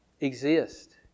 exist